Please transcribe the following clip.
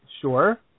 Sure